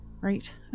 Right